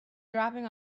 dropping